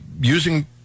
using